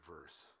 verse